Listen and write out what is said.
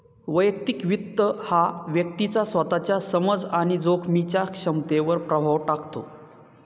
वैयक्तिक वित्त हा व्यक्तीच्या स्वतःच्या समज आणि जोखमीच्या क्षमतेवर प्रभाव टाकतो